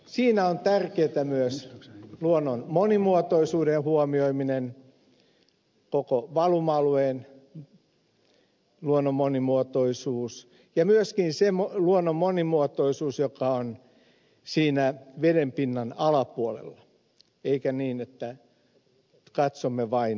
siinä on tärkeätä myös luonnon monimuotoisuuden huomioiminen koko valuma alueen luonnon monimuotoisuus ja myöskin se luonnon monimuotoisuus joka on siinä vedenpinnan alapuolella eikä niin että katsomme vain rantaa